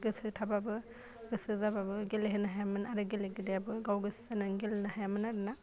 गोसो थाबाबो गोसो जाबाबो गेले होनो हायामोन आरो गेलेगिरियाबो गाव गोसो जानानै गेलेनो हायामोन आरो ना